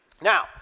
Now